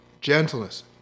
gentleness